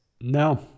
No